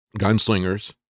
gunslingers